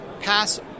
pass